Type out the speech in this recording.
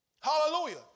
Hallelujah